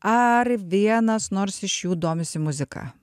ar vienas nors iš jų domisi muzika